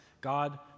God